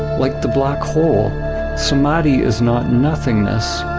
like the black hole samadhi is not nothingness,